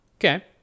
Okay